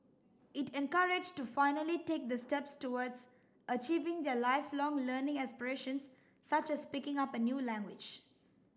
it encouraged to finally take the step towards achieving their lifelong learning aspirations such as picking up a new language